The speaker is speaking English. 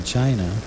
China